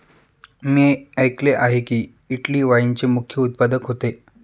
मी ऐकले आहे की, इटली वाईनचे मुख्य उत्पादक होते